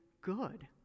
good